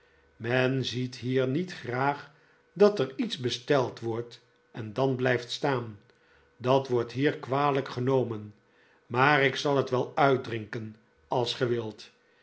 men ziet hier niet graag dat er iets besteld wordt en dan blijft staan dat wordt hier kwalijk genomen maar ik zal het wel uitdrinken als